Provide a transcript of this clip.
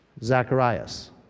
Zacharias